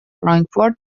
فرانکفورت